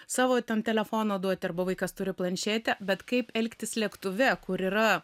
savo ten telefoną duot arba vaikas turi planšetę bet kaip elgtis lėktuve kur yra